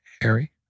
Harry